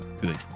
good